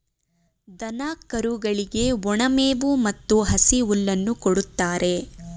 ದನ ಕರುಗಳಿಗೆ ಒಣ ಮೇವು ಮತ್ತು ಹಸಿ ಹುಲ್ಲನ್ನು ಕೊಡುತ್ತಾರೆ